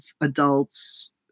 adults